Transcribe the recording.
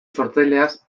sortzaileaz